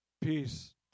Peace